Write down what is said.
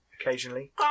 occasionally